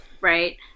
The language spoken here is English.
right